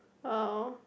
oh